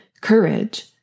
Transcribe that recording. Courage